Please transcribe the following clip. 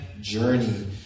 journey